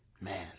Man